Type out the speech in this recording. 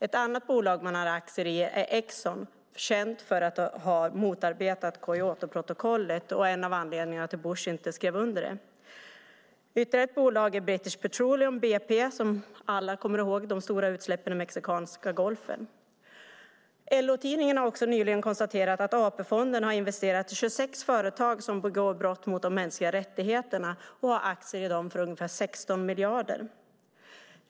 Ett annat bolag man har aktier i är Exxon, känt för att ha motarbetat Kyotoprotokollet och en av anledningarna till att Bush inte skrev under det. Ytterligare ett bolag är British Petroleum, BP. Alla kommer ihåg de stora utsläppen i Mexikanska golfen. LO-tidningen har också nyligen konstaterat att AP-fonderna har investerat i 26 företag som begår brott mot de mänskliga rättigheterna och har aktier i dem för ungefär 16 miljarder.